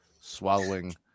Swallowing